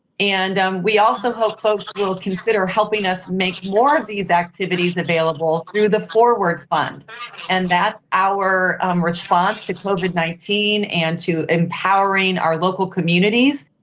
and we also hope folks will consider helping us make more of these activities available through the fourward fund and that's our response to covid nineteen and to empowering our local communities.